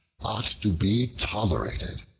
ought to be tolerated.